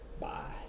Bye